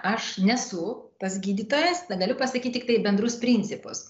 aš nesu tas gydytojas tai galiu pasakyt tiktai bendrus principus